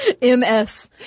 ms